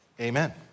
Amen